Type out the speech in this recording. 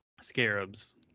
scarabs